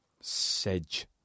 Sedge